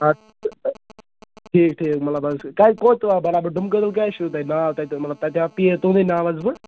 آ ٹھیٖک ٹھیٖک مطلب حظ چھُ تۅہہِ کوٚت چھُ برابر ڈُم کٔدٕل کیٛازِ چھُو تۄہہِ ناو تَتہِ مطلب تتہِ آو پیٖر تُہُندُے ناو حظ بہٕ